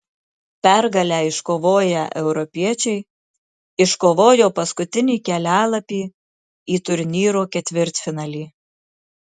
pergalę iškovoję europiečiai iškovojo paskutinį kelialapį į turnyro ketvirtfinalį